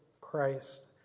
Christ